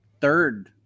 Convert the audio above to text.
third